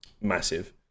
massive